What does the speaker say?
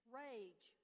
rage